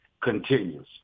continues